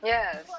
Yes